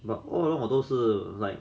but 偶尔我都是 like